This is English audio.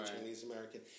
Chinese-American